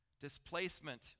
Displacement